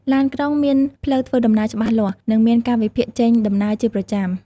ឡានក្រុងមានផ្លូវធ្វើដំណើរច្បាស់លាស់ និងមានកាលវិភាគចេញដំណើរជាប្រចាំ។